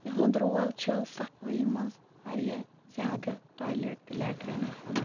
تہٕ یِہُنٛد رول چھُ صَفٲیٖی منٛز واریاہ زِیادٕ ٹالیٹ تہٕ لیٹرِنَن ہُنٛد